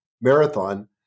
marathon